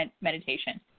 meditation